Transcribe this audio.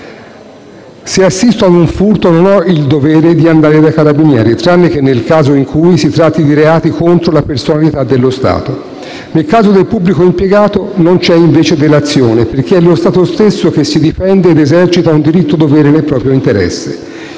Se assisto a un furto non ho il dovere di andare dai carabinieri, tranne nel caso in cui si tratti di reati contro la personalità dello Stato. Nel caso del pubblico impiegato non c'è invece delazione, perché è lo Stato stesso che si difende ed esercita un diritto-dovere nel proprio interesse.